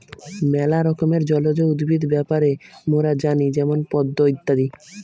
ম্যালা রকমের জলজ উদ্ভিদ ব্যাপারে মোরা জানি যেমন পদ্ম ইত্যাদি